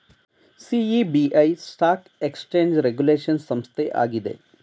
SEBI stock exchange regulation ಸಂಸ್ಥೆ ಆಗಿದೆ